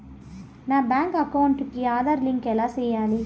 నా bank account కి Aadhaar link ఎలా సేయాలి